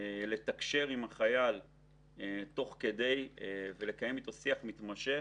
לתקשר עם החייל ולקיים איתו שיח מתמשך